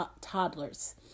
toddlers